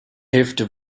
hälfte